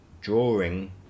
drawing